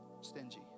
stingy